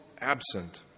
absent